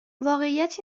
واقعیت